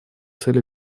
цели